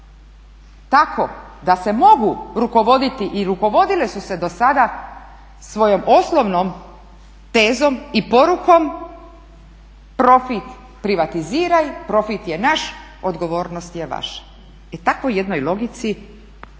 tako da se mogu rukovoditi i rukovodile su se do sada svojom osnovnom tezom i porukom profit privatiziraj, profit je naš, odgovornost je vaša. E takvoj jednoj logici mislim